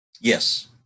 Yes